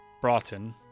Broughton